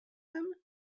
him